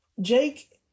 Jake